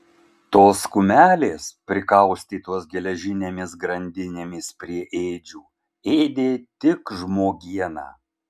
tos kumelės prikaustytos geležinėmis grandinėmis prie ėdžių ėdė tik žmogieną